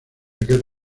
aquel